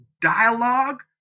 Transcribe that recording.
dialogue